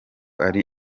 ari